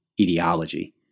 ideology